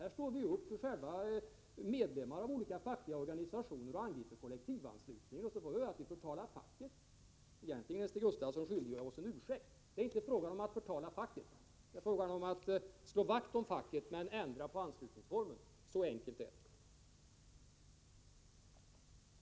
Här står vi upp, själva medlemmar i olika fackliga organisationer, och angriper kollektivanslutningen, och så får vi höra att vi förtalar facket. Egentligen är Stig Gustafsson skyldig oss en ursäkt. Det är inte fråga om att förtala facket. Det är fråga om att slå vakt om facket men ändra anslutningsformerna. Så enkelt är det.